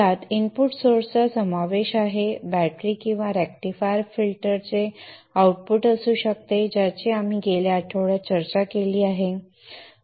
यात input source चा समावेश आहे बॅटरी किंवा रेक्टिफायर फिल्टरचे आउटपुट असू शकते ज्याची आपण गेल्या आठवड्यात चर्चा केली आहे